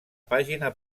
pàgina